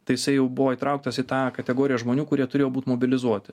tai jisai jau buvo įtrauktas į tą kategoriją žmonių kurie turėjo būt mobilizuoti